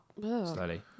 slowly